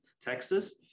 Texas